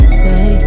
say